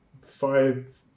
five